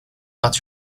but